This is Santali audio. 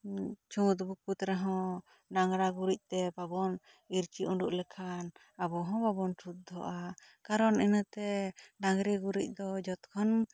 ᱪᱷᱩᱛ ᱵᱩᱠᱩᱛ ᱨᱮᱦᱚᱸ ᱰᱟᱝᱜᱽᱨᱟ ᱜᱷᱩᱨᱤᱡ ᱛᱮ ᱵᱟᱵᱚᱱ ᱤᱨᱪᱤ ᱩᱰᱩᱜ ᱞᱮᱠᱷᱟᱱ ᱟᱵᱚ ᱦᱚᱸ ᱵᱟᱵᱚᱱ ᱥᱩᱫᱫᱷᱚᱜᱼᱟ ᱠᱟᱨᱚᱱ ᱤᱱᱟᱛᱮ ᱰᱟᱝᱜᱽᱨᱤ ᱜᱩᱨᱤᱡ ᱫᱚ ᱡᱚᱛᱚ ᱠᱷᱚᱱ